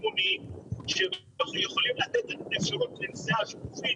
מונית שיכולים לתת אפשרות לנסיעה שיתופית